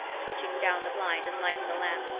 twitching down the blind and lighting a lamp.